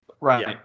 Right